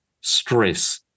stress